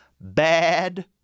bad